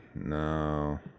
no